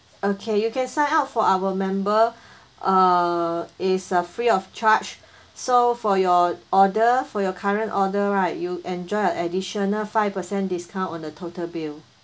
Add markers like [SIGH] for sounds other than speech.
okay you can sign up for our member [BREATH] err is a free of charge so for your order for your current order right you enjoy a additional five percent discount on the total bill